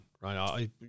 right